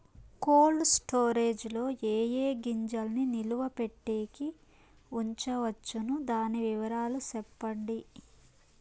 Cold storage లో ఏ ఏ గింజల్ని నిలువ పెట్టేకి ఉంచవచ్చును? దాని వివరాలు సెప్పండి?